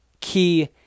key